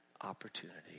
opportunity